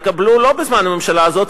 התקבלו לא בזמן הממשלה הזאת,